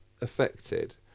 affected